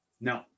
No